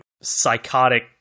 psychotic